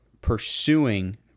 pursuing